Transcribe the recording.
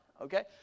okay